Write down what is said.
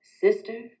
sister